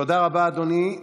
תודה רבה, אדוני.